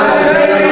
אתה חוצפן.